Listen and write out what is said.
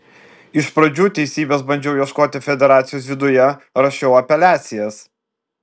iš pradžių teisybės bandžiau ieškoti federacijos viduje rašiau apeliacijas